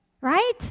right